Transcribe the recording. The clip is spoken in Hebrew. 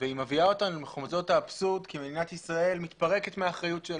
והוא מביא אותנו למחוזות האבסורד כי מדינת ישראל מתפרקת מהאחריות שלה,